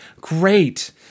great